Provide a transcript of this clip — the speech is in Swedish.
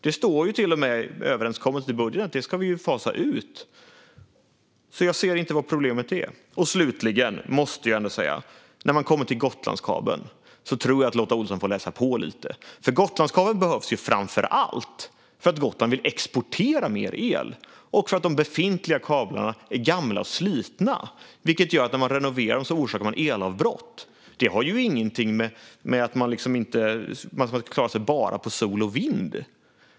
Det står till och med överenskommet i budgeten. Jag ser alltså inte vad problemet är. När det gäller Gotlandskabeln tror jag att Lotta Olsson får läsa på lite. Gotlandskabeln behövs ju framför allt för att Gotland vill exportera mer el och för att de befintliga kablarna är gamla och slitna, vilket gör att man orsakar elavbrott när man renoverar dem. Det har ingenting att göra med att man liksom inte klarar sig bara på sol och vind.